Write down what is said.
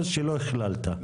אחרת.